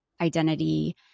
identity